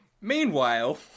meanwhile